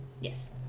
Yes